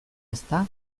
ezta